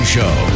Show